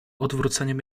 odwróceniem